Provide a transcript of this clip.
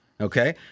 okay